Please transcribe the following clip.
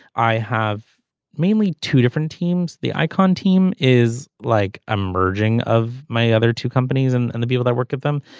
i have mainly two different teams the icon team is like a merging of my other two companies and and the people that work at them.